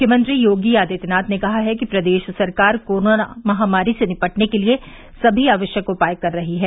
मुख्यमंत्री योगी आदित्यनाथ ने कहा है कि प्रदेश सरकार कोरोना महामारी से निपटने के लिए सभी आवश्यक उपाय कर रही हैं